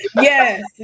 Yes